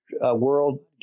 World